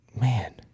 man